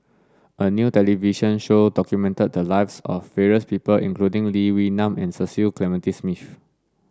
a new television show documented the lives of various people including Lee Wee Nam and Cecil Clementi Smith